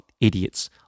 idiots